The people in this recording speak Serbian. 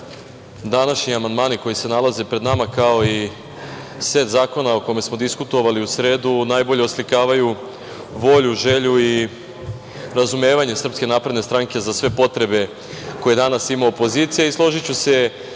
da današnji amandmani koji se nalaze pred nama, kao i set zakona o kojima smo diskutovali u sredu najbolje oslikavaju volju, želju i razumevanje SNS za sve potrebe koje danas ima opozicija.